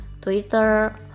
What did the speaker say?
twitter